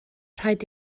rhaid